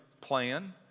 plan